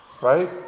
Right